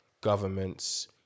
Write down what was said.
governments